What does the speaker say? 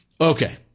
Okay